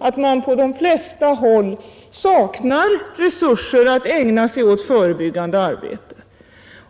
saknar man på de flesta håll de resurser som behövs för att ägna sig åt förebyggande arbete.